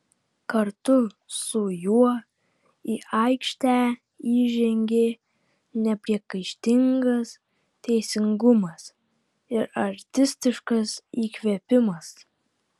kartu su juo į aikštę įžengė nepriekaištingas teisingumas ir artistiškas įkvėpimas